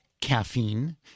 caffeine